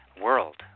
world